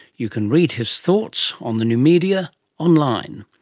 you can read his thoughts on the new media online.